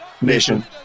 Nation